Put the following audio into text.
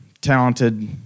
talented